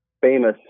famous